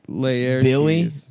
Billy